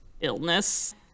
illness